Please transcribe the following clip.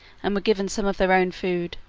and were given some of their own food,